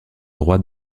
droit